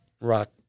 rock